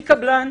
מקבלן.